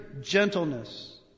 gentleness